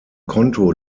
konto